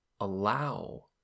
allow